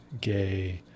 Gay